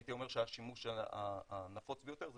הייתי אומר שהשימוש הנפוץ ביותר זה